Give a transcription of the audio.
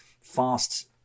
fast